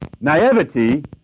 naivety